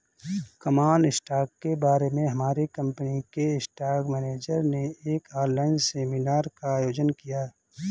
common stock के बारे में हमारे कंपनी के स्टॉक मेनेजर ने एक ऑनलाइन सेमीनार का आयोजन किया